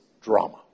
drama